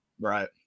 Right